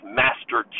master